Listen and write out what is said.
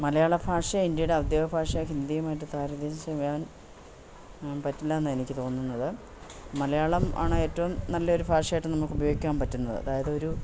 മലയാള ഭാഷ ഇന്ത്യയുടെ ഔദ്യാഗിക ഭാഷ ഹിന്ദിയുമായിട്ട് തരംതിരിച്ചു വിടാൻ പറ്റില്ലയെന്ന് എനിക്ക് തോന്നുന്നത് മലയാളം ആണ് ഏറ്റവും നല്ലൊരു ഭാഷയായിട്ട് നമുക്ക് ഉപയോഗിക്കാൻ പറ്റുന്നത് അതായത് ഒരു